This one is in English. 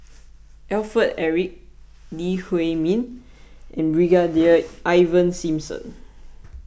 Alfred Eric Lee Huei Min and Brigadier Ivan Simson